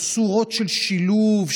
צורות של שילוב,